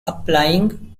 applying